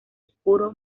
oscuro